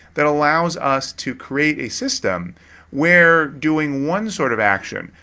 that allows us to create a system where doing one sort of action,